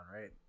right